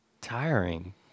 tiring